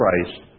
Christ